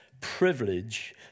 privilege